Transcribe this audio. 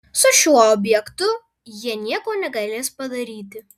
su šiuo objektu jie nieko negalės padaryti